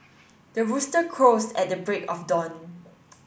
the rooster crows at the break of dawn